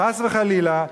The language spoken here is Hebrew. חס וחלילה,